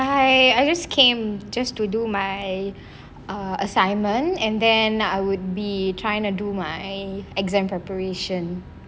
hi I just came just to do my ah assignment and then I would be trying to do my exam preparation